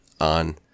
on